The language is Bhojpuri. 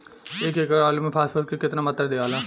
एक एकड़ आलू मे फास्फोरस के केतना मात्रा दियाला?